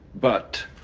but